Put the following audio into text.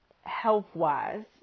health-wise